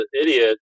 idiot